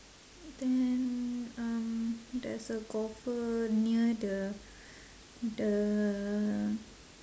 then um there's a golfer near the the